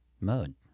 mode